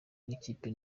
n’ikipe